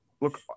look